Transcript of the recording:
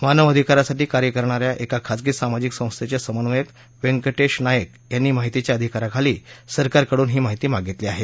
मानव अधिकारासाठी कार्य करणाऱ्या एका खाजगी सामाजिक संस्थेचे समन्वयक व्यंकटेश नायक यानी माहितीच्या अधिकाराखाली सरकारकडून ही माहिती मागितली आहे